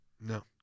No